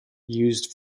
used